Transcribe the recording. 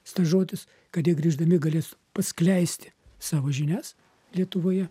stažuotis kad jie grįždami galės paskleisti savo žinias lietuvoje